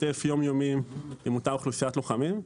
שוטף יום-יומי עם אותה אוכלוסיית לוחמים.